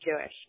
Jewish